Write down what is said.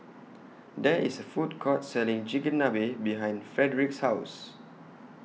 There IS A Food Court Selling Chigenabe behind Fredrick's House